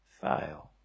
fail